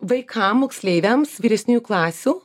vaikam moksleiviams vyresniųjų klasių